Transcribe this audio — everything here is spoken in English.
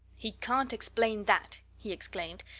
he can't explain that! he exclaimed.